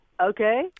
okay